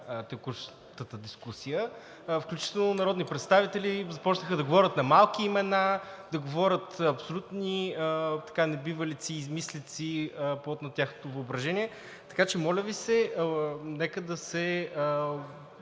текущата дискусия, включително народни представители започнаха да говорят на малки имена, да говорят абсолютни небивалици, измислици, плод на тяхното въображение. Така че, моля Ви се, нека да